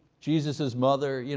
jesus's mother? you know